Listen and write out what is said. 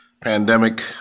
pandemic